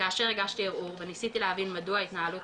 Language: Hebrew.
וכאשר הגשתי ערעור וניסיתי להבין מדוע ההתנהלות